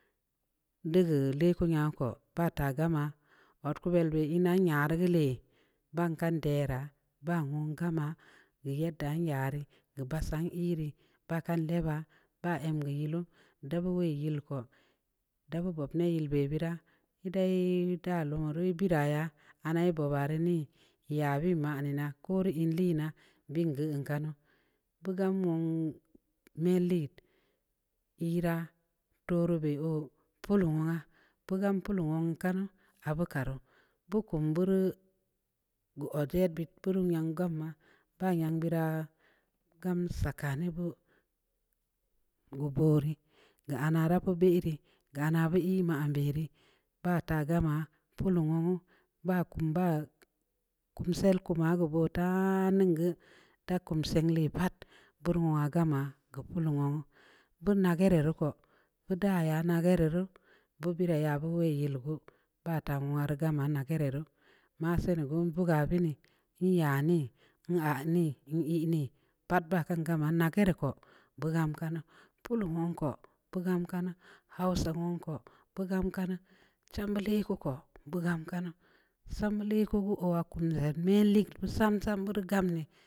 Də geu leku nyaka pa'a ta gamma ɔe ku bəl ii na'an ya re gue ləa ban kan deara buwun gamma yadda an nyarə gəa basan ii rə bakan ləaba ba gam ii ləu dabuu a yəlko dabuu bub bə bəra dayel da bə bara ana ye bubare ii ya bəən ma mi na'a dan ii le na bəə gue ii n kannu bugan nənn me lii yera tuuru bə opu le me nga pugan pulu ɔkannu abu karu bukum baru gu ɔee ba tə bəəp puru gam ma pam yan bura'a gam sakane buu guggure gue ana rapə bərə ga ana bə rə bata gamma pulu owuu ba kum ba'a kum sal kuma butaa nə gue ta kum sən le pat burr nu wa ngamma ga palu ɔowu buuna gareru ku muda ya na gareru buubə yara buubə reyel buu batan war gamma na gareru ma sii nubuu buga bəna nya nii a nii ii nii pat ba kan gamma na ka re ka buggam ka nuu pulu wan ku buggam kana hausa wun ku buggam ka na chamba leka ku buggam kana shambə leko ɔwa kum le ma leku sam sam mar gam nii.